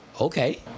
okay